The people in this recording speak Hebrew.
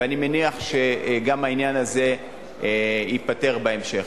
ואני מניח שגם העניין הזה ייפתר בהמשך.